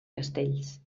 castells